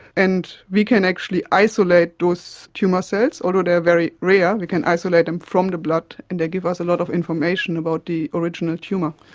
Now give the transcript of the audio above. and we can actually isolate those tumour cells, although they are very rare, we can isolate them from the blood and they give us a lot of information about the original tumour.